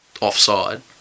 offside